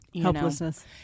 Helplessness